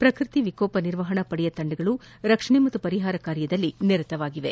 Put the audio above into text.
ಪ್ರಕೃತಿ ಏಕೋಪ ನಿರ್ವಹಣಾ ಪಡೆಯ ತಂಡಗಳು ರಕ್ಷಣಾ ಹಾಗೂ ಪರಿಹಾರ ಕಾರ್ಯದಲ್ಲಿ ನಿರತವಾಗಿವೆ